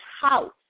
house